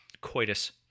coitus